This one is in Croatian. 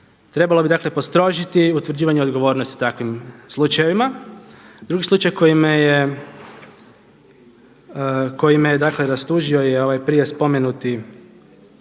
Trebalo bi dakle postrožiti utvrđivanje odgovornosti takvim slučajevima. Drugi slučaj koji me je, koji me dakle rastužio je ovaj prije spomenuti